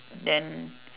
then